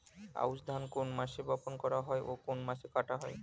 আউস ধান কোন মাসে বপন করা হয় ও কোন মাসে কাটা হয়?